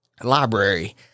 Library